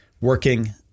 working